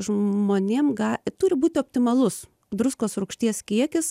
žmonėm ga turi būti optimalus druskos rūgšties kiekis